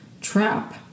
trap